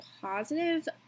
positive